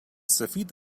سفید